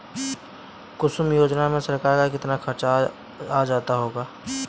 कुसुम योजना में सरकार का कितना खर्चा आ जाता होगा